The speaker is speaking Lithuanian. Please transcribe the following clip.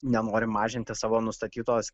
nenori mažinti savo nustatytos